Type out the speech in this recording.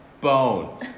Bones